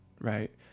right